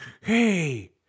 Hey